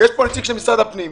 פה נציג של משרד הפנים,